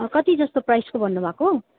कति जस्तो प्राइजको भन्नुभएको